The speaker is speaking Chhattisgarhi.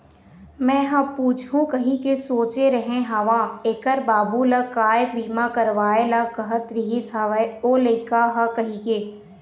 मेंहा पूछहूँ कहिके सोचे रेहे हव ऐखर बाबू ल काय बीमा करवाय ल कहत रिहिस हवय ओ लइका ह कहिके